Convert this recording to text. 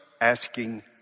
asking